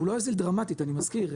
הוא לא יוזיל דרמטית אני מזכיר,